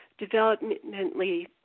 developmentally